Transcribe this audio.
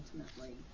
ultimately